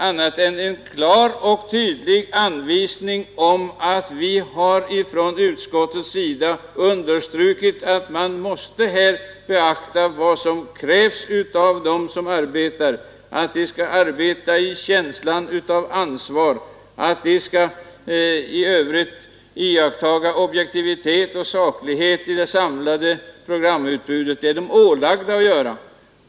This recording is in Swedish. Det ger en klar och tydlig anvisning om att vi från utskottets sida understrukit att man måste beakta vad som krävs av dem som arbetar inom radio och TV — de skall arbeta i känslan av ansvar och de skall i övrigt iakttaga objektivitet och saklighet i det samlade programutbudet. Det är de ålagda att göra.